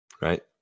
Right